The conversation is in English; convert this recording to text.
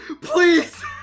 Please